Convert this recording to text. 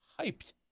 hyped